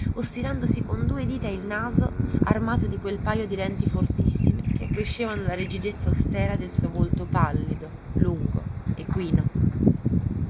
stirandosi con due dita il naso armato di quel pajo di lenti fortissime che accrescevano la rigidezza austera del suo volto pallido lungo equino